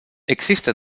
există